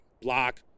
block